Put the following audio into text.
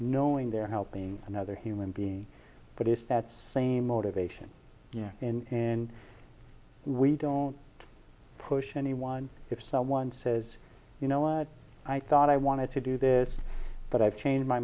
knowing they're helping another human being but it's that same motivation you know in we don't push anyone if someone says you know what i thought i wanted to do this but i've changed my